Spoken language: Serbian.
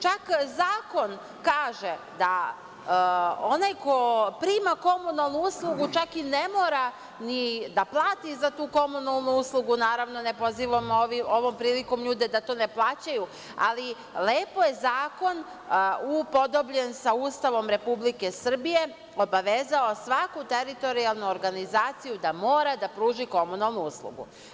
Čak, zakon kaže da onaj ko prima komunalnu uslugu čak i ne mora ni da plati za tu komunalnu uslugu, naravno, ne pozivamo ovom prilikom ljude da to ne plaćaju, ali lepo je zakon upodobljen sa Ustavom Republike Srbije, obavezao svaku teritorijalnu organizaciju da mora da pruži komunalnu uslugu.